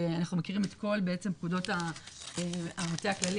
אנחנו מכירים את כל פקודות המטה הכללי